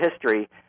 history